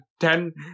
ten